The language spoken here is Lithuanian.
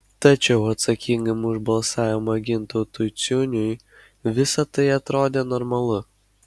tačiau atsakingam už balsavimą gintautui ciuniui visa tai atrodė normalu